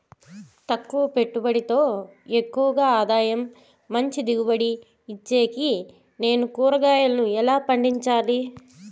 తక్కువ పెట్టుబడితో ఎక్కువగా ఆదాయం మంచి దిగుబడి ఇచ్చేకి నేను కూరగాయలను ఎలా పండించాలి?